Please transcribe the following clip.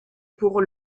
pour